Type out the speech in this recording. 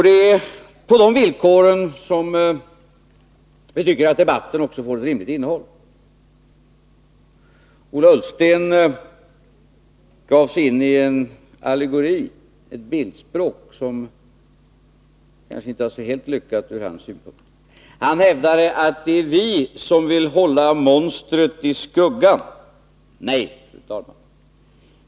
Det är på de villkoren som vi tycker att debatten också får ett rimligt innehåll. Ola Ullsten gav sig ini en allegori, ett bildspråk, som kanske inte var så helt lyckat ur hans synpunkt sett. Han hävdade att det är vi som vill hålla monstret i skuggan. Nej, fru talman!